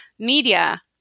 media